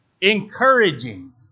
encouraging